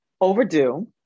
overdue